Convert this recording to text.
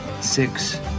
Six